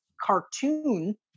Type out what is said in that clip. cartoon